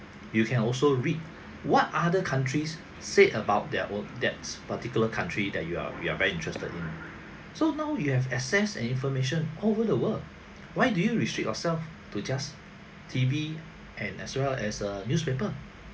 you can also read what other countries said about their own that's particular country that you are you are very interested in so now you have access and information all over the world why do you restrict yourself to just T_V and as well as a newspaper